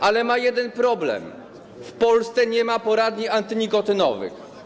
Mają oni jeden problem: w Polsce nie ma poradni antynikotynowych.